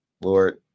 Lord